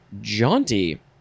jaunty